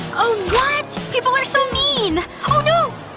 what! people are so mean oh no!